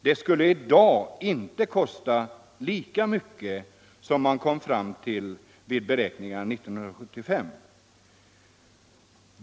Det skulle i dag inte kosta lika mycket som man kom fram till vid beräkningarna 1975.